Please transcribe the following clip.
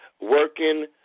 working